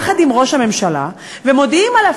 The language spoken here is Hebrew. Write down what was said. וראש הממשלה ומודיעים על,